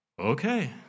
Okay